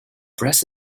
press